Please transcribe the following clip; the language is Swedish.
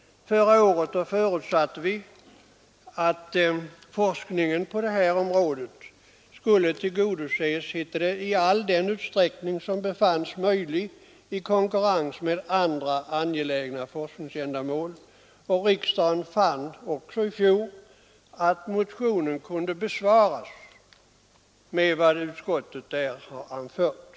Förra året förutsatte vi att forskningen på det här området skulle tillgodoses, som vi uttryckte det, i all den utsträckning som befanns möjlig i konkurrens med andra angelägna forskningsändamål. Riksdagen fann också i fjol att motionen kunde besvaras med vad utskottet hade anfört.